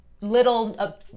little